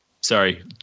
sorry